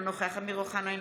אינו נוכח אמיר אוחנה,